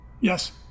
yes